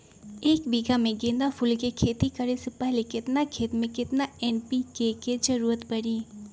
एक बीघा में गेंदा फूल के खेती करे से पहले केतना खेत में केतना एन.पी.के के जरूरत परी?